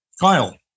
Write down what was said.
Kyle